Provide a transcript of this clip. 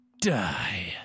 die